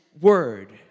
Word